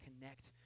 connect